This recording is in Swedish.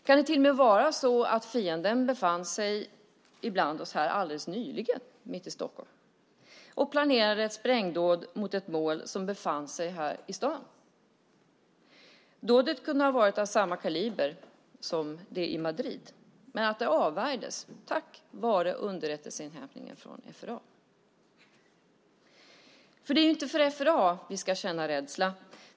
Kan det till och med vara så att fienden befann sig ibland oss här alldeles nyligen - mitt i Stockholm - och planerade ett sprängdåd mot ett mål som befann sig här i staden, och att dådet kunde ha varit av samma kaliber som det i Madrid men avvärjdes tack vare underrättelseinhämtningen från FRA? Det är ju inte för FRA vi ska känna rädsla.